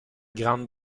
grande